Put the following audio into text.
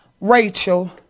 Rachel